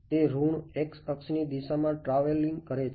તે ઋણ x અક્ષની દિશામાં ટ્રાવેલિંગ કરે છે